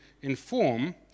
inform